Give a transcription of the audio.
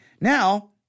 Now